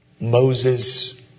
Moses